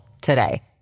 today